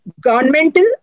governmental